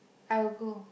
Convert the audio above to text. I'll go